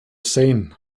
sane